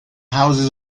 houses